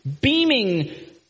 beaming